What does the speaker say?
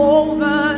over